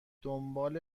دنبال